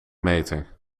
meter